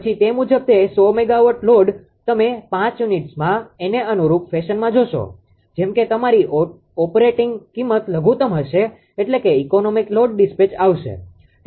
પછી તે મુજબ તે 100 મેગાવોટ લોડ તમે 5 યુનિટ્સમાં એને અનુરૂપ ફેશનમાં જોશો જેમ કે તમારી ઓપરેટિંગ કિંમત લઘુત્તમ હશે એટલે કે ઇકોનોમિક લોડ ડીસ્પેચ આવશે